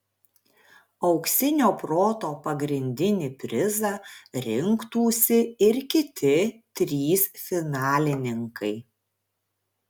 auksinio proto pagrindinį prizą rinktųsi ir kiti trys finalininkai